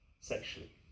sexually